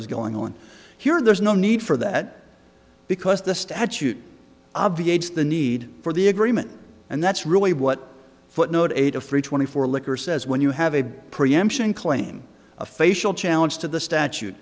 was going on here there's no need for that because the statute obviates the need for the agreement and that's really what footnote eight a free twenty four liquor says when you have a preemption claim a facial challenge to the statu